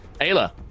Ayla